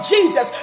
Jesus